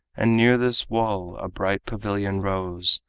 and near this wall a bright pavilion rose,